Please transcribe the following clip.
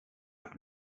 have